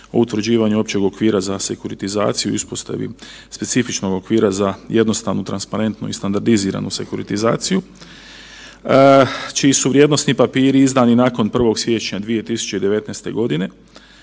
o utvrđivanju općeg okvira za sekuritizaciju i uspostavi specifičnog okvira za jednostavnu, transparentnu i standardiziranu sekuritizaciju čiji su vrijednosni papiri izdani nakon 1. siječnja 2019. godine.